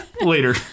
later